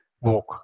walk